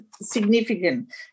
significant